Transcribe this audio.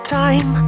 time